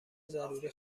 ضروری